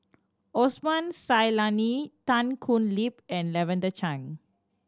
Osman Zailani Tan Thoon Lip and Lavender Chang